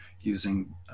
using